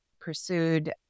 pursued